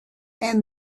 and